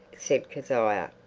said kezia.